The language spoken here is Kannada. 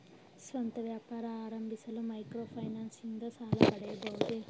ಸ್ವಂತ ವ್ಯಾಪಾರ ಆರಂಭಿಸಲು ಮೈಕ್ರೋ ಫೈನಾನ್ಸ್ ಇಂದ ಸಾಲ ಪಡೆಯಬಹುದೇ?